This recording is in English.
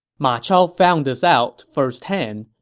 ma chao found this out first hand,